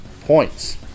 points